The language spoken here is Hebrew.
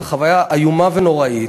זה חוויה איומה ונוראית,